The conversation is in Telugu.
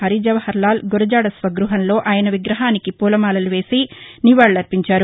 హరిజవహర్ లాల్ గురజాడ స్వగృహంలో ఆయన విగ్రహానికి పూలమాలలు వేసి నివాళులు అర్పించారు